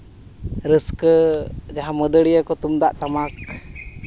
ᱨᱟᱹᱥᱠᱟᱹ ᱡᱟᱦᱟᱸ ᱢᱟᱹᱫᱟᱹᱲᱤᱭᱟᱹ ᱠᱚ ᱛᱩᱢᱫᱟᱜ ᱴᱟᱢᱟᱠ